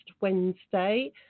wednesday